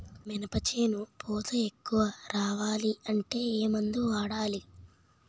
మినప చేను పూత ఎక్కువ రావాలి అంటే ఏమందు వాడాలి?